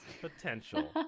Potential